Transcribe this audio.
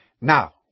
Now